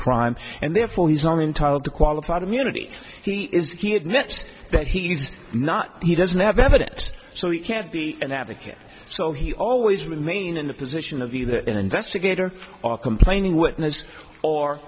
crime and therefore he's only entitled to qualified immunity he is he admits that he's not he doesn't have evidence so he can't be an advocate so he always remain in the position of view that an investigator or complaining witness or